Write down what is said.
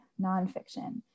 nonfiction